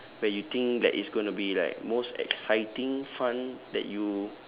where you think that it's gonna be like most exciting fun that you